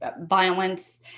violence